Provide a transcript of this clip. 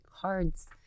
cards